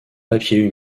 papier